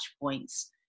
points